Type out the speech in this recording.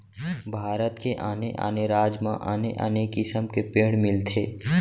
भारत के आने आने राज म आने आने किसम के पेड़ मिलथे